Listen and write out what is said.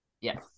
yes